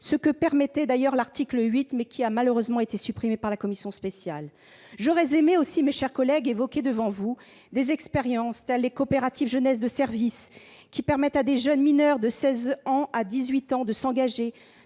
ce que permettait l'article 8, malheureusement supprimé par la commission spéciale. J'aurais aussi aimé, mes chers collègues, évoquer devant vous des expériences telles que les coopératives jeunesse de services, qui permettent à de jeunes mineurs, à partir de seize ans, de s'engager